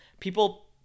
people